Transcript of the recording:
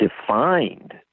defined